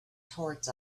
towards